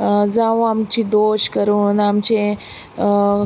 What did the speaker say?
जावं आमची दोश करून आमचे